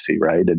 right